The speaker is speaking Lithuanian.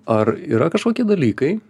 ar yra kažkokie dalykai